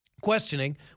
questioning